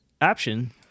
option